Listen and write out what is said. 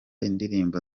indirimbo